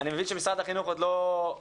אני מבין שמשרד החינוך עוד לא דיבר.